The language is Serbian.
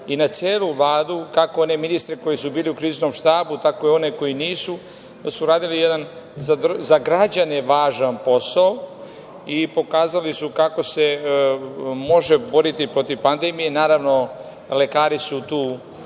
i na celu Vladu, kako one ministre koji su bili u kriznom štabu, tako i one koji nisu, da su uradili jedan za građane važan posao i pokazali su kako se može boriti protiv pandemije. Naravno, lekari i celo